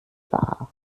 war